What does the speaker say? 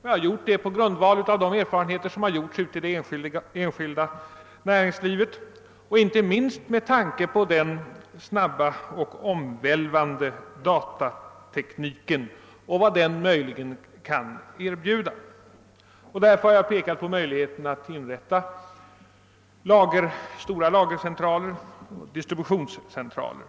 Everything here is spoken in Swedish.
Jag har gjort det på grundval av de erfarenheter som har vunnits inom det enskilda näringslivet och inte minst med tanke på den snabba omvälvning som datatekniken kan innebära. Därför har jag pekat på möjligheten att inrätta stora lageroch distributionscentraler.